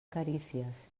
carícies